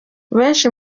benshi